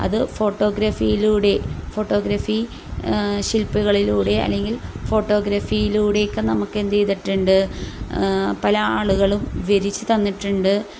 അത് ഫോട്ടോഗ്രാഫിയിലൂടെ ഫോട്ടോഗ്രഫി ശില്പികളിലൂടെ അല്ലെങ്കിൽ ഫോട്ടോഗ്രാഫിയിലൂടെയൊക്കെ നമുക്ക് എന്തു ചെയ്തിട്ടുണ്ട് പല ആളുകളും വിവരിച്ച് തന്നിട്ടുണ്ട്